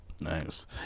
Nice